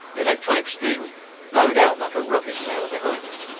the electronic streams flowed out like a rocket tail behind us.